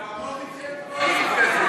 אבל לאברמוביץ אין פודיום כזה.